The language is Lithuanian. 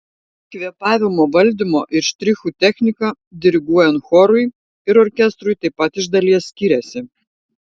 kvėpavimo valdymo ir štrichų technika diriguojant chorui ir orkestrui taip pat iš dalies skiriasi